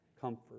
comfort